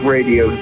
Radio